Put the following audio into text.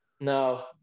No